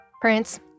Prince